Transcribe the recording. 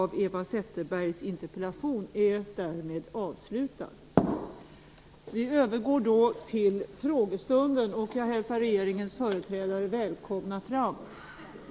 Vi övergår till frågestunden, och jag hälsar regeringens företrädare välkomna fram.